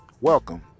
Welcome